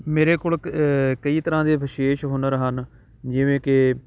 ਮੇਰੇ ਕੋਲ ਕ ਕਈ ਤਰ੍ਹਾਂ ਦੇ ਵਿਸ਼ੇਸ਼ ਹੁਨਰ ਹਨ ਜਿਵੇਂ ਕਿ